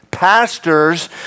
pastors